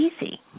easy